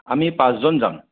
আমি পাঁচজন যাম